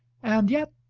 and yet,